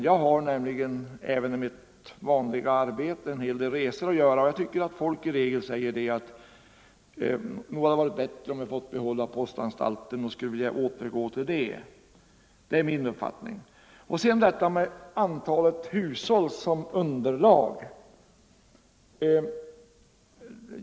Jag har nämligen även i mitt vanliga arbete en hel del resor att göra och jag tycker att folk i regel säger att nog hade det varit bättre om vi fått behålla den fasta postanstalten och att de skulle vilja återgå till det. Det är min uppfattning. Man gör beräkningar om antalet hushåll som underlag.